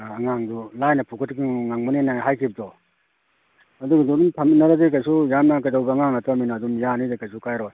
ꯑꯥ ꯑꯉꯥꯉꯗꯨ ꯂꯥꯏꯅ ꯐꯨꯀꯠꯄ ꯉꯝꯒꯅꯦꯅ ꯍꯥꯏꯈꯤꯕꯗꯣ ꯑꯗꯨ ꯑꯗꯨꯝ ꯊꯝꯃꯤꯟꯅꯔꯗꯤ ꯀꯩꯁꯨ ꯌꯥꯝꯅ ꯀꯩꯗꯧꯕ ꯑꯉꯥꯡ ꯅꯠꯇꯃꯤꯅ ꯑꯗꯨꯝ ꯌꯥꯅꯤꯗ ꯀꯩꯁꯨ ꯀꯥꯏꯔꯣꯏ